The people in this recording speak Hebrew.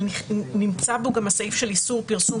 אבל נמצא בו גם הסעיף של איסור פרסום,